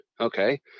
Okay